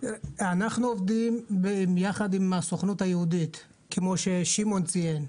אנחנו עובדים עם הסוכנות היהודית כמו ששמעון ציין.